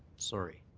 sorry.